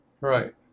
Right